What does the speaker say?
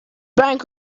bank